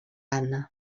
anna